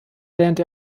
lernte